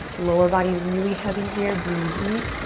lower body is really heavy here. breathe deep.